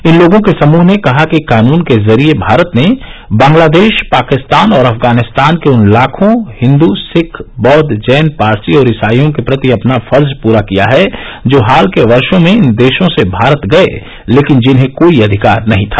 इन लोगों के समूह ने कहा कि कानून के जरिए भारत ने बांग्लादेश पाकिस्तान और अफगानिस्तान के उन लाखों हिंद सिख बौद्ध जैन पारसी और ईसाइयों के प्रति अपना फर्ज पूरा किया है जो हाल के वर्षो में इन देशों से भारत गये लेकिन जिन्हें कोई अधिकार नहीं था